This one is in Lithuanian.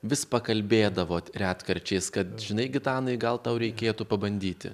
vis pakalbėdavot retkarčiais kad žinai gitanai gal tau reikėtų pabandyti